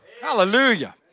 Hallelujah